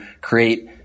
create